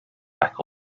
back